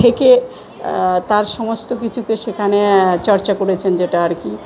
থেকে তার সমস্ত কিছুকে সেখানে চর্চা করেছেন যেটা আর কি